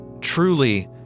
truly